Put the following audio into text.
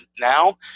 now